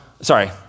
sorry